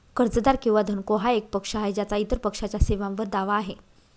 कर्जदार किंवा धनको हा एक पक्ष आहे ज्याचा इतर पक्षाच्या सेवांवर दावा आहे